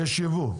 יש ייבוא.